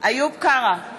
איוב קרא,